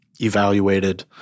Evaluated